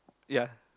ya